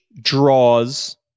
draws